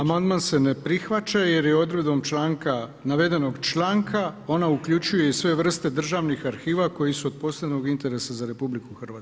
Amandman se ne prihvaća jer je odredbom navedenog članka ona uključuje i sve vrste državnih arhiva koji su od posebnog interesa za RH.